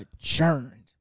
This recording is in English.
adjourned